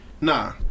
Nah